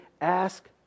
ask